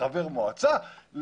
לחבר מועצה,